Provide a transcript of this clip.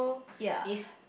ya